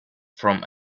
from